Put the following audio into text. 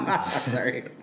Sorry